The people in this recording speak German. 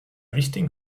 wichtigen